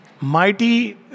mighty